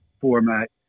format